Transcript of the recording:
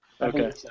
Okay